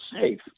safe